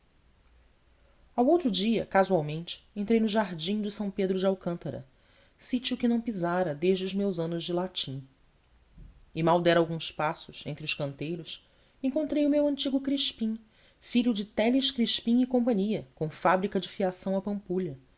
ao outro dia casualmente entrei no jardim de são pedro de alcântara sítio que não pisara desde os meus anos de latim e mal dera alguns passos entre os canteiros encontrei o meu antigo crispim filho de teles crispim cia com fábrica de fiação à pampulha